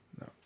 No